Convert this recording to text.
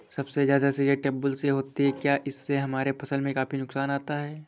सबसे ज्यादा सिंचाई ट्यूबवेल से होती है क्या इससे हमारे फसल में काफी नुकसान आता है?